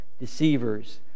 deceivers